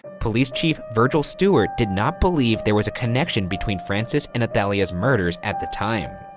police chief virgil stuart did not believe there was a connection between frances and athalia's murders at the time.